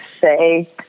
say